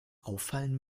auffallen